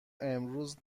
امروز